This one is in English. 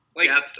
depth